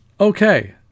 Okay